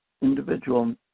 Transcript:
individual